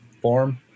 form